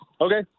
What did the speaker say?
okay